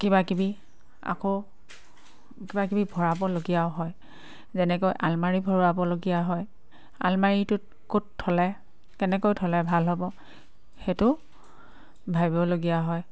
কিবাকিবি আকৌ কিবাকিবি ভৰাবলগীয়াও হয় যেনেকৈ আলমাৰি ভৰাবলগীয়া হয় আলমাৰীটোত ক'ত থ'লে কেনেকৈ থ'লে ভাল হ'ব সেইটোও ভাবিবলগীয়া হয়